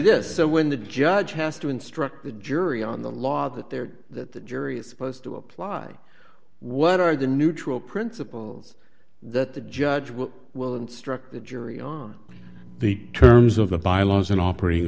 this so when the judge has to instruct the jury on the law that they're that the jury is supposed to apply what are the neutral principles that the judge will will instruct the jury on the terms of the bylaws and operating